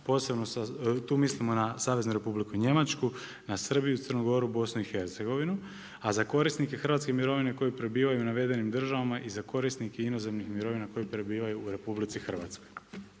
Posebno, tu mislimo na Saveznu Republiku Njemačku, na Srbiju, Crnu Goru, BIH, a za korisnike hrvatske mirovine koji prebivaju u navedenim državama i za korisnike inozemnih mirovina koji prebivaju u RH. Nekoliko